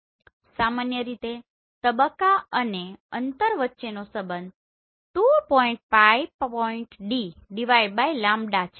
સામાન્ય રીતે તબક્કા અને અંતર વચ્ચેનો સંબંધ 2⋅ ⋅D છે